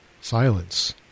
silence